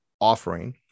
offering